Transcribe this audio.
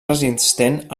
resistent